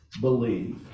believe